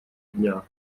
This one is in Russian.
дня